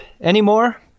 anymore